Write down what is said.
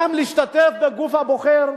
גם להשתתף בגוף הבוחר.